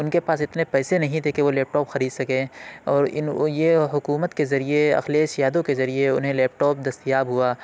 ان کے پاس اتنے پیسے نہیں تھے کہ وہ لیپ ٹاپ خرید سکیں اور یہ حکومت کے ذریعے اکھلیش یادو کے ذریعے انہیں لیپ ٹاپ دستیاب ہوا